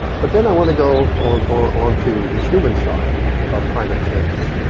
but then i wanna go onto the human side of climate change.